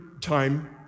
time